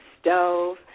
stove